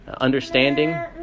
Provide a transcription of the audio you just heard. Understanding